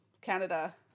Canada